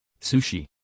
Sushi